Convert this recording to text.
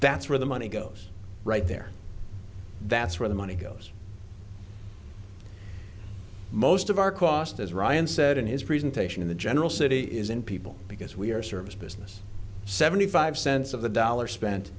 that's where the money goes right there that's where the money goes most of our cost as ryan said in his presentation in the general city is in people because we are service business seventy five cents of the dollar spent